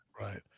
right